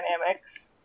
dynamics